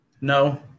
no